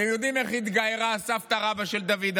אתם יודעים איך התגיירה סבתא-רבתא של דוד המלך: